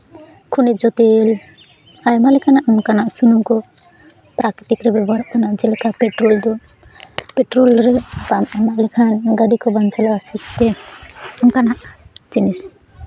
ᱠᱷᱚᱱᱤᱡᱚ ᱛᱮᱞ ᱟᱭᱢᱟ ᱞᱮᱠᱟᱱᱟᱜ ᱚᱱᱠᱟᱱᱟᱜ ᱥᱩᱱᱩᱢ ᱠᱚ ᱯᱨᱟᱠᱨᱤᱛᱤᱠ ᱨᱮ ᱵᱮᱵᱚᱦᱟᱨᱚᱜ ᱠᱟᱱᱟ ᱡᱮᱞᱮᱠᱟ ᱯᱮᱴᱨᱳᱞ ᱯᱮᱴᱨᱳᱞ ᱨᱮ ᱵᱟᱢ ᱮᱢ ᱞᱮᱠᱷᱟᱱ ᱜᱟᱹᱰᱤ ᱠᱚ ᱵᱟᱝ ᱪᱟᱞᱟᱜᱼᱟ ᱥᱩᱠᱛᱮ ᱚᱱᱠᱟᱱᱟᱜ ᱡᱤᱱᱤᱥ